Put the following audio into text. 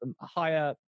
higher